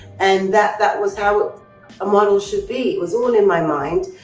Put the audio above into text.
and that that was how a model should be. it was all in my mind.